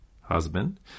husband